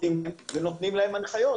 ונותנים להם הנחיות.